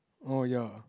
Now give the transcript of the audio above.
oh ya